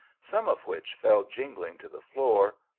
some of which fell jingling to the floor,